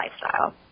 lifestyle